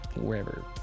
wherever